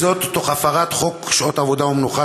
תוך הפרת חוק שעות עבודה ומנוחה,